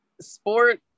sport